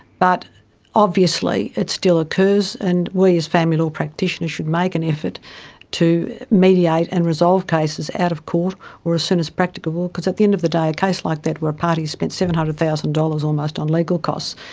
but obviously it's still occurs and we as family law practitioners should make an effort to mediate and resolve cases out of court or as soon as practicable, because at the end of the day a case like that where a party spent seven hundred thousand dollars almost on legal costs,